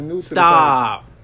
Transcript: Stop